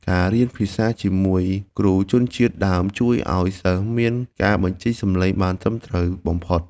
ការរៀនភាសាជាមួយគ្រូជនជាតិដើមជួយឱ្យសិស្សមានការបញ្ចេញសំឡេងបានត្រឹមត្រូវបំផុត។